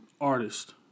artist